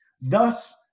Thus